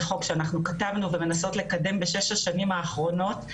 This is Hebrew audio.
זה חוק שאנחנו כתבנו ומנסות לקדם בשש השנים האחרונות,